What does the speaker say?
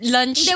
Lunch